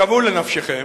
שוו בנפשכם